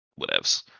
whatevs